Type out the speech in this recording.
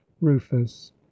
rufus